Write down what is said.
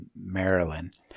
Maryland